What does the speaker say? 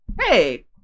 hey